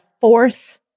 fourth